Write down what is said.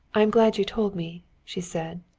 i am glad you told me, she said.